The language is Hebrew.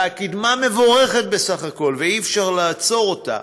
וקדמה מבורכת בסך הכול, ואי-אפשר לעצור אותה,